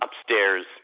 upstairs